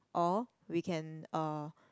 or we can um